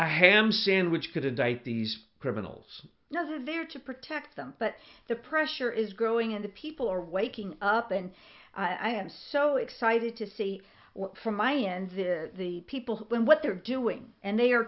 i ham sandwich could indict these criminals doesn't there to protect them but the pressure is growing and people are waking up and i am so excited to see from my end to the people and what they're doing and they are